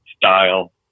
style